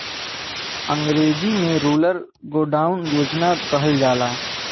अंग्रेजी में rural godown योजना भी कहल जाला